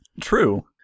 true